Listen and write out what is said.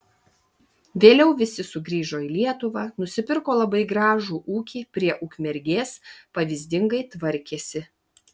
vėliau visi sugrįžo į lietuvą nusipirko labai gražų ūkį prie ukmergės pavyzdingai tvarkėsi